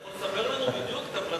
אתה יכול לספר לנו בדיוק את הפרטים?